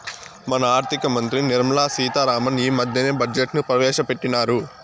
మన ఆర్థిక మంత్రి నిర్మలా సీతా రామన్ ఈ మద్దెనే బడ్జెట్ ను ప్రవేశపెట్టిన్నారు